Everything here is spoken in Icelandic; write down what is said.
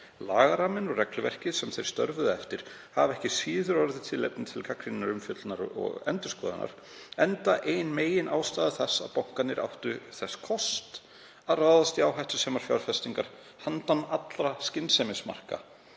Lagaramminn og regluverkið sem þeir störfuðu eftir hafa ekki síður orðið tilefni til gagnrýninnar umfjöllunar og endurskoðunar, enda ein meginástæða þess að bankarnir áttu þess kost að ráðast í áhættusamar fjárfestingar handan allra skynsemismarka